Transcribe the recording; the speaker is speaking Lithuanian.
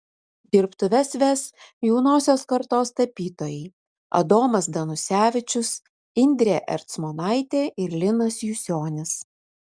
dirbtuves ves jaunosios kartos tapytojai adomas danusevičius indrė ercmonaitė ir linas jusionis